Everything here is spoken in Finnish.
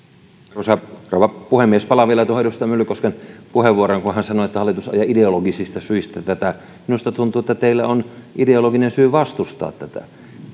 arvoisa rouva puhemies palaan vielä tuohon edustaja myllykosken puheenvuoroon kun hän sanoi että hallitus ajaa ideologisista syistä tätä minusta tuntuu että teillä on ideologinen syy vastustaa tätä